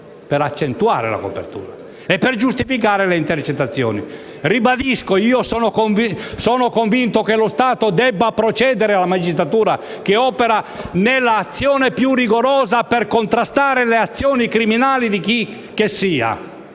per accentuare la copertura e per giustificare le intercettazioni. Ribadisco che sono convinto che lo Stato debba procedere, attraverso l'operato della magistratura, nell'azione più rigorosa per contrastare le azioni criminali di chicchessia,